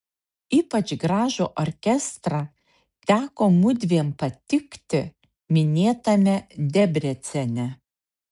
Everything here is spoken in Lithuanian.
ypač gražų orkestrą teko mudviem patikti minėtame debrecene